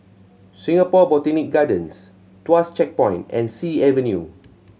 Singapore Botanic Gardens Tuas Checkpoint and Sea Avenue